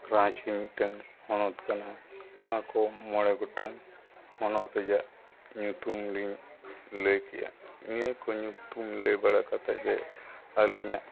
ᱨᱟᱺᱪᱤ ᱢᱤᱫᱴᱟᱹᱝ ᱦᱚᱱᱚᱛ ᱠᱟᱱᱟ ᱱᱚᱣᱟ ᱠᱚ ᱢᱚᱬᱮ ᱜᱚᱴᱟᱝ ᱦᱚᱱᱚᱛ ᱨᱮᱭᱟᱜ ᱧᱩᱛᱩᱢ ᱞᱤᱧ ᱞᱟᱹᱭ ᱠᱮᱜᱼᱟ ᱱᱤᱭᱟᱹ ᱠᱚ ᱧᱩᱛᱩᱢ ᱞᱟᱹᱭ ᱵᱟᱲᱟ ᱠᱟᱛᱮ ᱜᱮ ᱟᱹᱞᱤᱧᱟᱜ